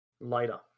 later